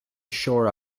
shore